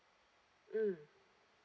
mm